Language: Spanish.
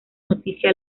noticia